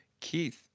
Keith